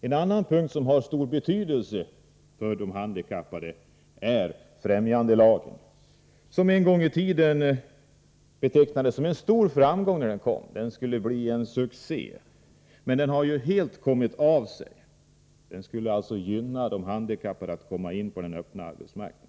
En annan punkt som har stor betydelse för de handikappade är främjandelagen, som en gång i tiden, när den kom, betecknades som en stor framgång. Den skulle bli en succé — men den har helt kommit av sig. Den skulle gynna de handikappade när det gällde att komma in på den öppna arbetsmarknaden.